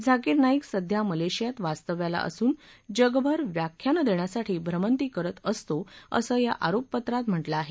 झाकीर नाईक सध्या मलेशियात वास्तव्याला असून जगभर व्याख्यानं देण्यासाठी भ्रमंती करत असतो असं या आरोपपत्रात म्हटलं आहे